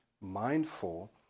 mindful